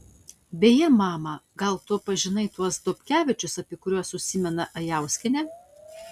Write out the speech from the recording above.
beje mama gal tu pažinai tuos dobkevičius apie kuriuos užsimena ajauskienė